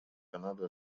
канады